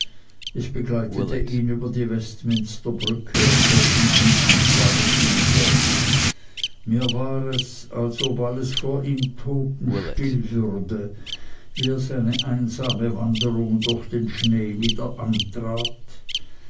ich begleitete ihn über die westminsterbrücke und wir schieden am surreyufer mir war es als ob alles vor ihm totenstill würde wie er seine einsame wanderung durch den schnee wieder